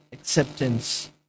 acceptance